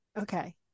okay